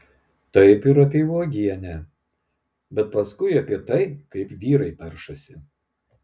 taip ir apie uogienę bet paskui apie tai kaip vyrai peršasi